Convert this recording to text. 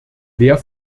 wer